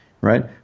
right